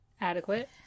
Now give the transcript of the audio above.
adequate